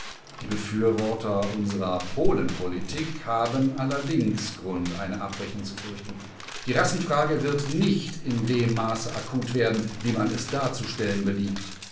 die befürworter unserer polenpolitik haben allerdings grund eine abrechnung zu fürchten die rassenfrage wird nicht in dem maße akut werden wie man es darzustellen beliebt